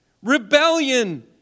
Rebellion